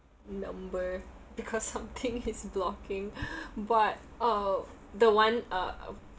number because something is blocking but uh the one uh